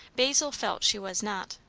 basil felt she was not.